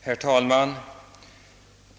Herr talman!